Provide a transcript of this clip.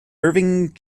irving